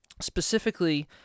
Specifically